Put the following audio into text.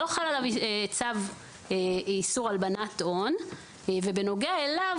לא חל עליו צו איסור הלבנת הון ובנוגע אליו,